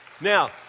Now